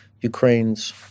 Ukraine's